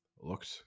looked